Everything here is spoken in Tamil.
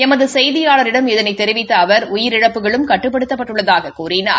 எமது செய்தியாளரிடம் இதனைத் தெரிவித்த அவர் உயிரிழப்புகளும் கட்டுப்படுத்தப்பட்டுள்ளதாக கூறினார்